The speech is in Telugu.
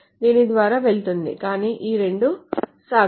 దీని ద్వారా వెళుతుంది కానీ ఈ రెండూ సాగవు